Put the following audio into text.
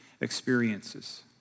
experiences